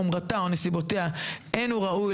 חומרתה או נסיבותיה אין הוא ראוי,